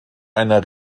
einer